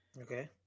Okay